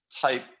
type